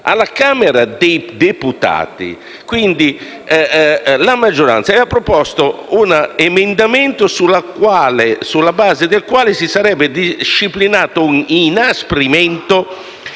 alla Camera dei deputati aveva proposto un emendamento sulla base del quale si sarebbe disciplinato un inasprimento